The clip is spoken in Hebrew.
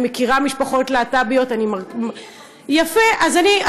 אני מכירה משפחות להט"ביות, אני, גם אני התייחסתי.